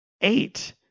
Eight